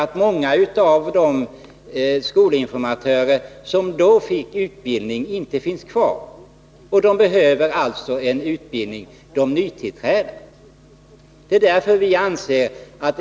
Men många av de skolinformatörer som då fick utbildning finns inte längre kvar, och de nytillträdda behöver alltså utbildning.